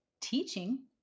teaching